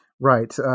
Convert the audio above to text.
Right